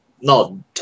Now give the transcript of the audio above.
No